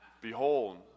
Behold